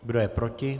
Kdo je proti?